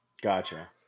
Gotcha